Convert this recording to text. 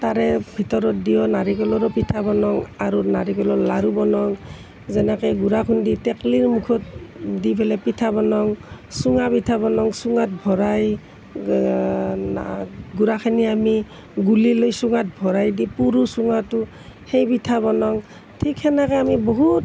তাৰে ভিতৰত দিওঁ নাৰিকলৰো পিঠা বনাওঁ আৰু নাৰিকলৰ লাৰু বনাওঁ যেনেকৈ গুড়া খুন্দি টেকেলিৰ মুখত দি পেলাই পিঠা বনাওঁ চুঙা পিঠা বনাওঁ চুঙাত ভৰাই গুড়াখিনি আমি গুলি লৈ চুঙাত ভৰাইদি পোৰো চুঙাটো সেই পিঠা বনাওঁ ঠিক সেনেকৈ আমি বহুত